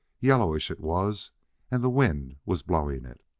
yellowish, it was and the wind was blowing it.